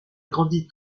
grandit